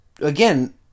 again